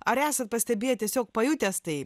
ar esat pastebėję tiesiog pajutęs tai